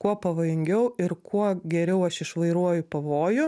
kuo pavojingiau ir kuo geriau aš išvairuoju pavojų